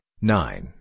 nine